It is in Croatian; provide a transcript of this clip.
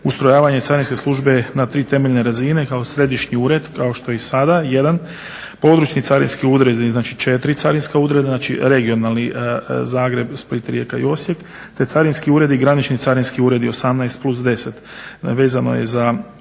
ustrojavanje carinske službe na tri temeljne razine kao središnji ured kao što je i sada jedan, područni carinski uredi znači 4 carinska ureda regionalni Zagreb, Split, Rijeka i Osijek te carinski uredi i granični carinski uredi 18+10, vezano je za